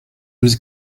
was